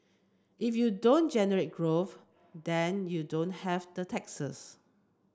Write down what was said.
if you don't generate growth then you don't have the taxes